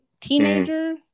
teenager